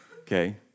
okay